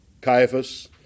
Caiaphas